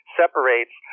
separates